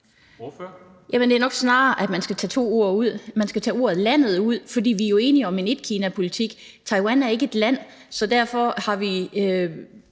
Det er nok snarere, at man skal tage to ord ud. Man skal tage ordet landet ud, for vi er jo enige om en etkinapolitik. Taiwan er ikke et land, så derfor har vi